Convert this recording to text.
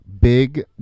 big